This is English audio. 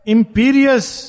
Imperious